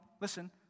Listen